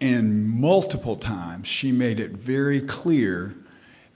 and multiple times, she made it very clear